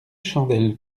chandelle